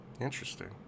Interesting